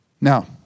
Now